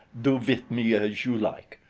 do with me as you like.